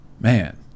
Man